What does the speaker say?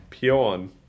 Pion